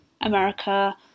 America